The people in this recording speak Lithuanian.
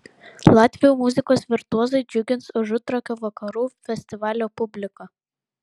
latvių muzikos virtuozai džiugins užutrakio vakarų festivalio publiką